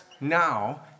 Now